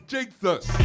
Jesus